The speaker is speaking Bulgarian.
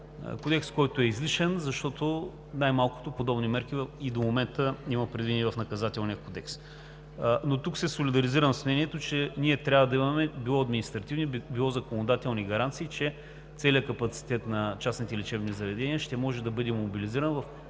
кодекс, който е излишен. Защото, най-малкото, подобни мерки и до момента има предвидени в Наказателния кодекс. Тук се солидаризирам с мнението, че ние трябва да имаме гаранции – било административни, било законодателни, че целият капацитет на частните лечебни заведения при необходимост ще може да бъде мобилизиран за